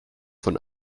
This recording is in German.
von